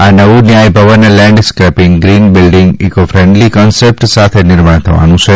આ નવુ ન્યાય ભવન landscaping green building eco friendly concept સાથે નિર્માણ થવાનું છે